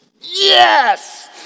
yes